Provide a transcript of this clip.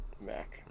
Mac